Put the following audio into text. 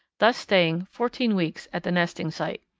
thus staying fourteen weeks at the nesting site.